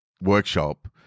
workshop